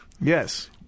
Yes